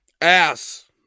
Ass